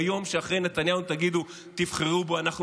ביום שאחרי נתניהו תגידו: תבחרו בנו,